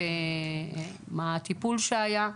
התלונות ומהו הטיפול שהיה.